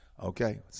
Okay